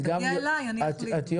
תודה רבה.